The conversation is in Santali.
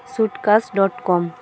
suitcase dot com